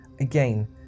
Again